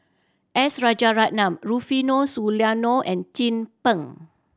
S Rajaratnam Rufino Soliano and Chin Peng